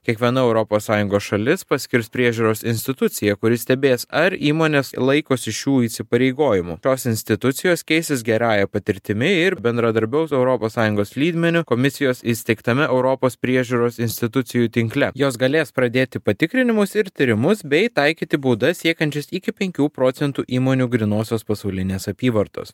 kiekviena europos sąjungos šalis paskirs priežiūros instituciją kuri stebės ar įmonės laikosi šių įsipareigojimų tos institucijos keisis gerąja patirtimi ir bendradarbiaus europos sąjungos lydmeniu komisijos įsteigtame europos priežiūros institucijų tinkle jos galės pradėti patikrinimus ir tyrimus bei taikyti baudas siekiančias iki penkių procentų įmonių grynosios pasaulinės apyvartos